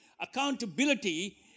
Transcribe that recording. Accountability